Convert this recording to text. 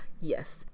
yes